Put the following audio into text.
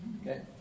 Okay